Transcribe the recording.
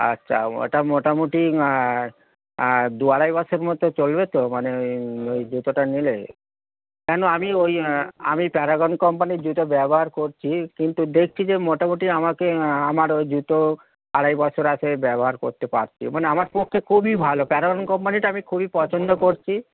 আচ্ছা ওটা মোটামুটি দু আড়াই বছর মতো চলবে তো মানে ওই ওই জুতোটা নিলে কেন আমি ওই আমি প্যারাগন কোম্পানির জুতো ব্যবহার করছি কিন্তু দেখছি যে মোটামুটি আমাকে আমার ওই জুতো আড়াই বছর আসে ব্যবহার করতে পারছি মানে আমার পক্ষে খুবই ভালো প্যারাগন কোম্পানিটা আমি খুবই পছন্দ করছি